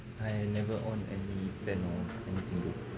I never own any and